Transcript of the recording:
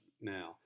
now